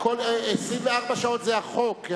24 שעות, זה החוק.